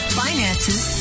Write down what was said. finances